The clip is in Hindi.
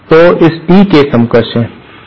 तो इस टी के समकक्ष है